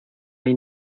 hay